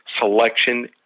selection